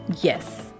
yes